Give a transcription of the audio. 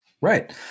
Right